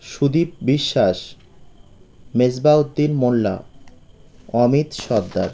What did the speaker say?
Sudip Biswas Mesbauddin Molla Amit Sardar